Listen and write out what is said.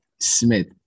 Smith